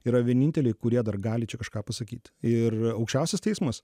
yra vieninteliai kurie dar gali čia kažką pasakyt ir aukščiausias teismas